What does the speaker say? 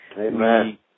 Amen